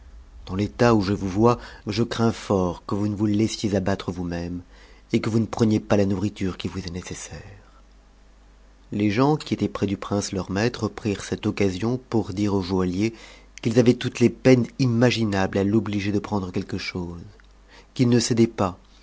dans l'état où je vous vois je crains fort que vous ne vous laissiez abattre vous-même et que vous ne preniez pas la nourriture qui vous est nécessaire les gens qui étaient près du prince leur maure prirent cette occasion pour dire au joaillier qu'ils avaient toutes les peines imaginables à l'obliger de prendre quelque chose qu'il ne s'aidait pas